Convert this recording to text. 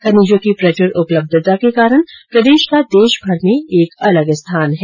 खनिजों की प्रचुर उपलब्यता के कारण प्रदेश का देशभर में एक अलग स्थान है